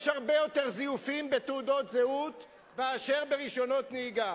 יש הרבה יותר זיופים בתעודות זהות מאשר ברשיונות נהיגה.